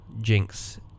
jinx